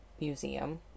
museum